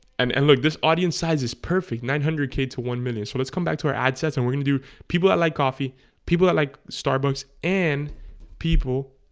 and and look this audience size is perfect nine hundred k two one minutes so let's come back to our ad sets and we're gonna do people that like coffee people that like starbucks and people